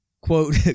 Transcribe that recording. quote